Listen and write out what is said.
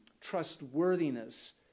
trustworthiness